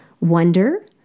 wonder